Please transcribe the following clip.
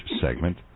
segment